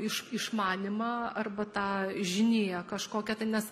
iš išmanymą arba tą žiniją kažkokią tai nes